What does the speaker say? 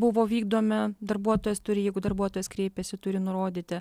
buvo vykdomi darbuotojas turi jeigu darbuotojas kreipiasi turi nurodyti